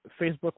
Facebook